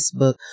Facebook